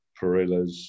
perillas